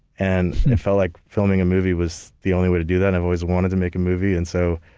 and it felt like filming a movie was the only way to do that. i've always wanted to make a movie and so,